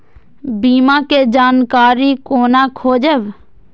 बीमा के जानकारी कोना खोजब?